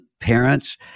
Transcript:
parents